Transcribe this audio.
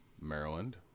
Maryland